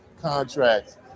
contracts